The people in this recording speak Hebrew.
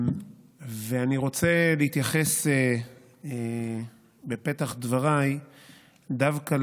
אני רוצה להתייחס בפתח דבריי דווקא